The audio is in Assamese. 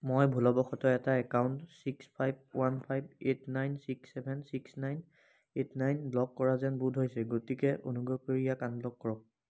মই ভুলবশতঃ এটা account six five one five eight nine six seven six nine eight nine block কৰা যেন বোধ হৈছে গতিকে অনুগ্ৰহ কৰি ইয়াক আনব্ল'ক কৰক